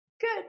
Good